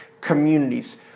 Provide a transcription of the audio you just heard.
communities